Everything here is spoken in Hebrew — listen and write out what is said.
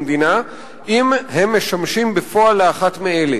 המדינה אם הם משמשים בפועל לאחת מאלה: